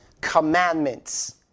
commandments